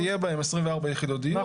ויהיו בהם 24 יחידות דיור,